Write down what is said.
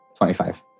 25